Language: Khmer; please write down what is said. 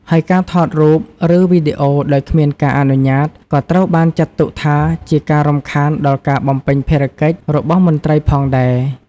ហើយការថតរូប ឬវីដេអូដោយគ្មានការអនុញ្ញាត ក៏ត្រូវបានចាត់ទុកថាជាការរំខានដល់ការបំពេញភារកិច្ចរបស់មន្ត្រីផងដែរ។